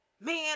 Man